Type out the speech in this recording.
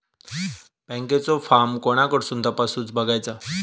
बँकेचो फार्म कोणाकडसून तपासूच बगायचा?